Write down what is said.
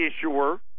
issuer